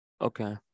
Okay